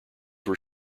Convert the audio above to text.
were